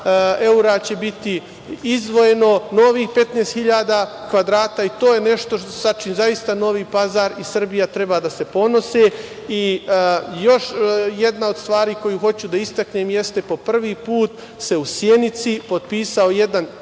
evra će biti izdvojeno, novih 15.000 kvadrata i to je nešto sa čim zaista Novi Pazar i Srbija treba da se ponose. Još jedna od stvari koju hoću da istaknem, jeste po prvi put se u Sjenici potpisao jedan